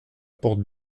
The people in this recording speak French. porte